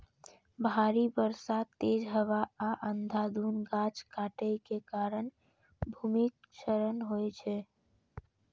भारी बर्षा, तेज हवा आ अंधाधुंध गाछ काटै के कारण भूमिक क्षरण होइ छै